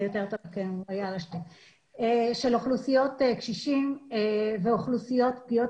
שבעיקרן הן אוכלוסיות קשישים ואוכלוסיות פגיעות